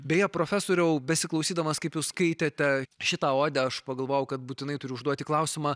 beje profesoriau besiklausydamas kaip jūs skaitėte šitą odę aš pagalvojau kad būtinai turiu užduoti klausimą